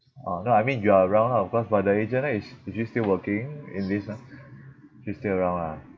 ah no I mean you are around lah of course but the agent leh is is she still working in this she's still around lah